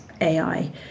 AI